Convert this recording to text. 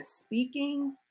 speaking